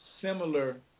similar